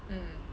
mm